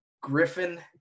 Griffin